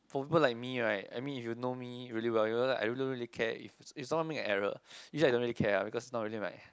for people like me right I mean if you know me really well you know that I wouldn't really care if if someone make a error usually I don't really care ah because not really my